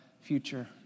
future